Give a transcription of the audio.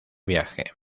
viaje